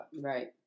Right